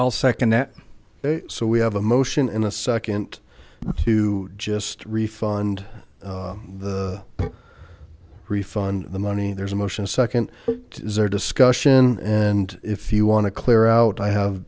i'll second that so we have a motion in a second to just refund the refund the money there's a motion second is there discussion and if you want to clear out i have